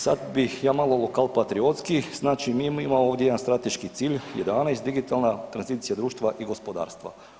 Sad bih ja malo lokal patriotski, znači mi imamo ovdje jedan strateški cilj, 11 digitalna tranzicija društva i gospodarstva.